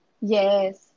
Yes